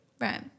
Right